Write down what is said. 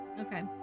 Okay